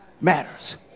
matters